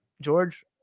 George